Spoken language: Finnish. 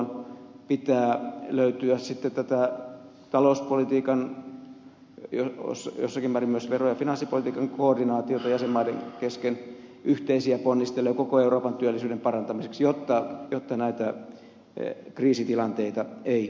sitten pitää löytyä tätä talouspolitiikan jossakin määrin myös vero ja finanssipolitiikan koordinaatiota jäsenmaiden kesken yhteisiä ponnisteluja koko euroopan työllisyyden parantamiseksi jotta näitä kriisitilanteita ei